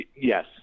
yes